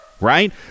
right